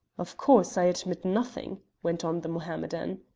of course, i admit nothing, went on the mohammedan.